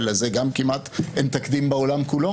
ולזה גם כמעט אין תקדים בעולם כולו